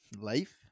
Life